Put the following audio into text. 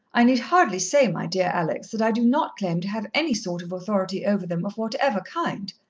i need hardly say, my dear alex, that i do not claim to have any sort of authority over them of whatever kind,